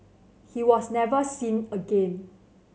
he was never seen again